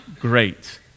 great